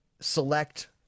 select